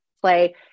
play